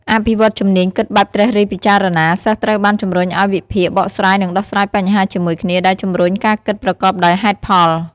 អភិវឌ្ឍជំនាញគិតបែបត្រិះរិះពិចារណា សិស្សត្រូវបានជំរុញឲ្យវិភាគ បកស្រាយ និងដោះស្រាយបញ្ហាជាមួយគ្នា ដែលជំរុញការគិតប្រកបដោយហេតុផល។